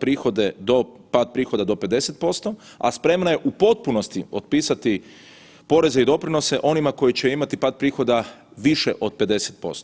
prihode do, pad prihoda do 50%, a spremna je u potpunosti otpisati poreze i doprinose onima koji će imati pad prihoda više od 50%